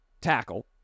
tackle